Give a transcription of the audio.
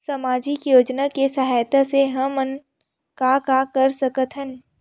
सामजिक योजना के सहायता से हमन का का कर सकत हन?